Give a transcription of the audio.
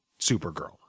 Supergirl